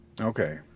Okay